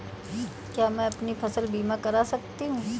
क्या मैं अपनी फसल बीमा करा सकती हूँ?